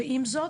עם זאת,